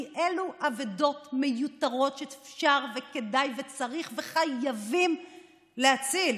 כי אלו אבדות מיותרות שאפשר וכדאי וצריך וחייבים להציל.